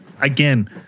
again